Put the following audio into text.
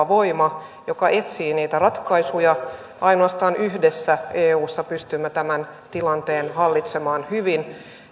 voima joka etsii niitä ratkaisuja ainoastaan yhdessä pystymme eussa tämän tilanteen hallitsemaan hyvin